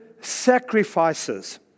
sacrifices